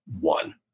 one